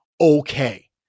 okay